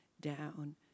down